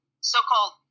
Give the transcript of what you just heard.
so-called